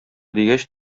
дигәч